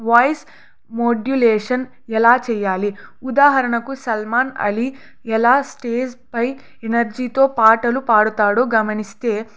voice modulation ఎలా చేయాలి ఉదాహరణకు సల్మాన్ అలి ఎలా స్టేజ్ పై ఎనర్జీతో పాటలు పాడుతాడో గమనిస్తే